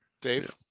Dave